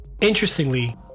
Interestingly